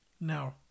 Now